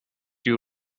you